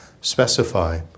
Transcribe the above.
specify